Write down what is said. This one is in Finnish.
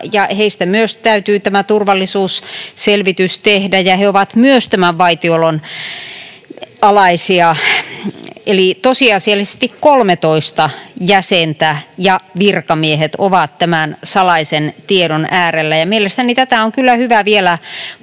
heistä myös täytyy tämä turvallisuusselvitys tehdä ja he ovat myös tämän vaitiolon alaisia. Eli tosiasiallisesti 13 jäsentä ja virkamiehet ovat tämän salaisen tiedon äärellä, ja mielestäni tätä on kyllä hyvä vielä